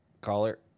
Caller